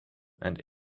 and